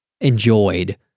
enjoyed